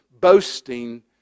boasting